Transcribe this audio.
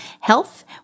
health